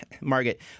Margaret